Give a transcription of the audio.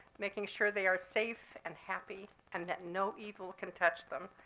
making sure they are safe and happy and that no evil can touch them.